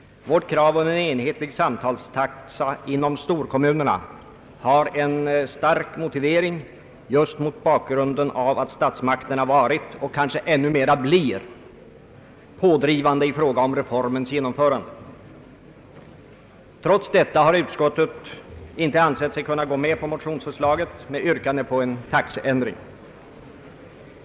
Vårt krav om en enhetlig samtalstaxa inom storkommunerna har en stark motivering just mot bakgrunden av att statsmakterna varit och i kanske ännu högre grad blir pådrivande i fråga om reformens genomförande. Trots detta har utskottet inte ansett sig kunna gå med på motionsförslaget med yrkande om taxeändring.